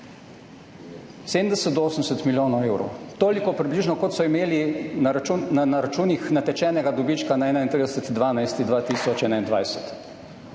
do 80 milijonov evrov. Toliko približno kot so imeli na računih natečenega dobička na 31. 12. 2021.